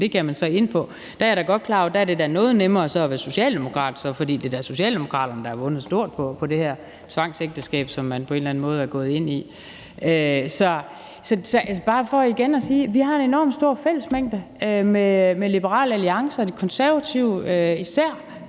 det opgav man så. Der er jeg da godt klar over, at det da er noget nemmere så at være socialdemokrat, for det er da Socialdemokraterne, der har vundet stort på det her tvangsægteskab, som man på en eller anden måde er gået ind i. Så det er bare for at sige igen, at vi har en enorm stor fællesmængde med især Liberal Alliance og De Konservative,